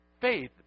faith